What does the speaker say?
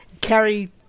Carrie